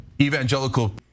evangelical